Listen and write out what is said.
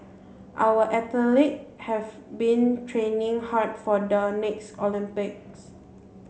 our athlete have been training hard for the next Olympics